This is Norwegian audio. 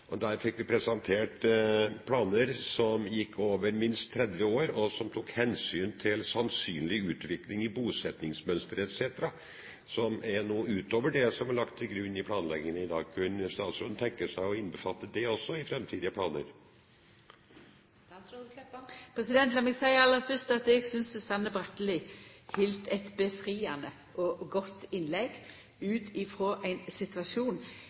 siden. Der fikk vi presentert planer som gikk over minst 30 år, og som tok hensyn til sannsynlig utvikling i bosetningsmønster etc., som er noe utover det som er lagt til grunn i planleggingen i dag. Kunne statsråden tenke seg å innbefatte det også i fremtidige planer? Lat meg aller fyrst seia at eg synest Susanne Bratli heldt eit befriande og godt innlegg ut